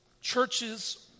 churches